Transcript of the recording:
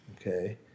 Okay